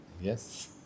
Yes